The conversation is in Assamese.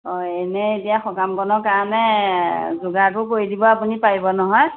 অ এনেই এতিয়া সকামকণৰ কাৰণে যোগাৰটো কৰি দিব আপুনি পাৰিব নহয়